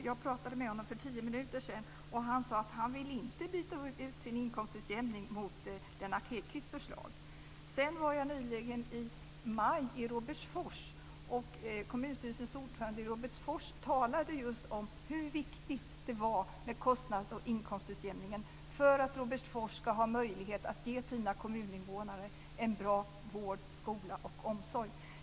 Jag pratade med honom för tio minuter sedan, och han sade att han inte ville byta ut sin inkomstutjämning mot Lennart Hedquists förslag. I maj var jag i Robertsfors. Kommunstyrelsens ordförande i Robertsfors talade då just om hur viktig kostnads och inkomstutjämningen var för att Robertsfors ska ha möjlighet att ge sina kommuninvånare en bra vård, skola och omsorg.